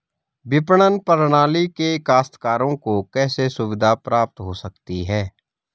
विपणन प्रणाली से काश्तकारों को कैसे सुविधा प्राप्त हो सकती है?